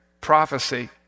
prophecy